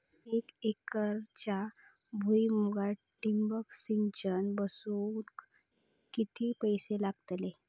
एक एकरच्या भुईमुगाक ठिबक सिंचन बसवूक किती पैशे लागतले?